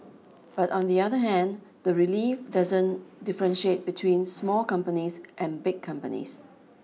but on the other hand the relief doesn't differentiate between small companies and big companies